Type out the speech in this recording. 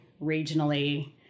regionally